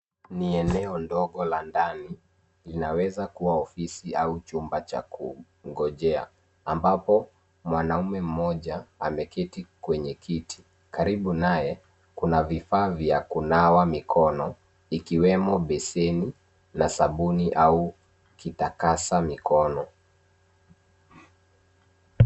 Ni eneo ndogo la ndani, linaweza kuwa ofisi au chumba cha kungojea ambapo mwanaume mmoja ameketi kwenye kiti. Karibu naye, kuna vifaa vya kunawa mikono vikiwemo beseni na sabuni au kitakasa mikono.